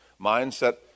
Mindset